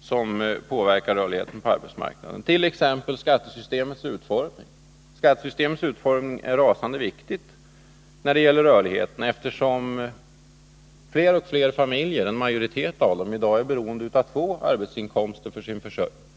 som påverkar rörligheten på arbetsmarknaden. Det gäller t.ex. skattesystemets utformning. Skattesystemets utformning är nämligen viktigt när det gäller rörligheten, eftersom fler och fler familjer — i dag en majoritet — är beroende av två arbetsinkomster för sin försörjning.